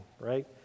right